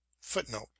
Footnote